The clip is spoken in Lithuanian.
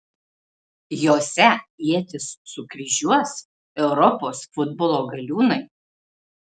jose ietis sukryžiuos europos futbolo galiūnai